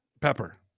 Pepper